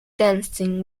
dancing